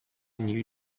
new